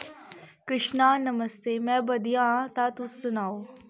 कृश्णा नमस्ते में बधिया आंं तां तुस सनाओ